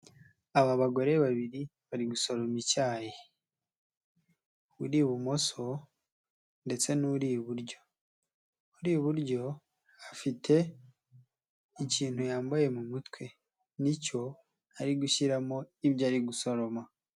Aba bagore babiri bari gusoroma icyayi uri ibumoso ndetse n'uri iburyo, uri iburyo afite ikintu yambaye mu mutwe nicyo ari gushyiramo ibyo ari gusoroma.